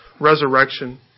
resurrection